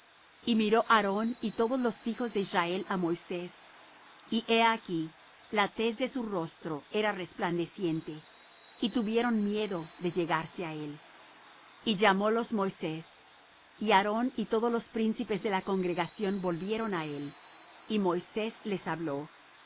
y miró aarón y todos los hijos de israel á moisés y he aquí la tez de su rostro era resplandeciente y tuvieron miedo de llegarse á él y llamólos moisés y aarón y todos los príncipes de la congregación volvieron á él y moisés les habló